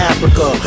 Africa